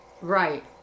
right